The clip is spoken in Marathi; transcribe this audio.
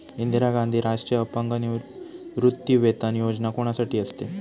इंदिरा गांधी राष्ट्रीय अपंग निवृत्तीवेतन योजना कोणासाठी असते?